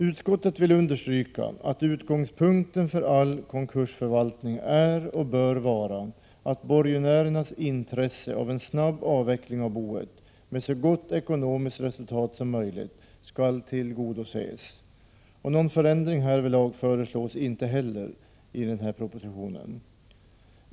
Utskottet vill understryka att utgångspunkten för all konkursförvaltning är och bör vara att borgenärernas intresse av en snabb avveckling av boet med ett så gott ekonomiskt resultat som möjligt skall tillgodoses. Någon förändring härvidlag föreslås inte heller i propositionen.